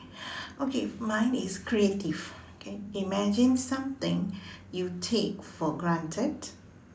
okay mine is creative okay imagine something you take for granted